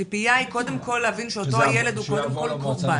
הציפייה היא קודם כל להבין שאותו הילד הוא קודם כל קורבן.